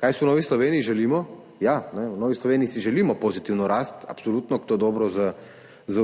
Kaj si v Novi Sloveniji želimo? Ja, v Novi Sloveniji si želimo pozitivno rast, absolutno je to dobro za